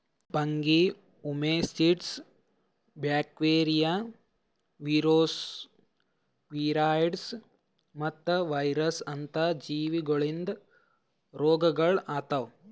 fungi, oomycetes, bacteria, virus, viroids ಮತ್ತ virus ಅಂತ ಜೀವಿಗೊಳಿಂದ್ ರೋಗಗೊಳ್ ಆತವ್